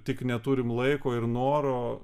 tik neturim laiko ir noro